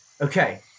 okay